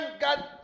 God